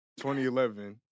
2011